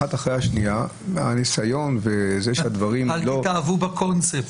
קורה פעם אחר פעם --- אל תתאהבו בקונספט.